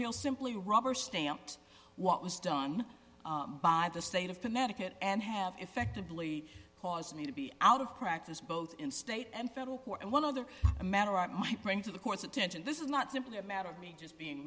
underhill simply rubber stamped what was done by the state of connecticut and have effectively caused me to be out of practice both in state and federal court and one other matter i might bring to the court's attention this is not simply a matter of me just being